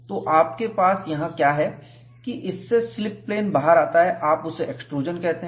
तो आपके पास यहां क्या है कि इससे स्लिप प्लेन बाहर आता है आप उसे एक्सट्रूजन कहते हैं